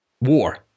war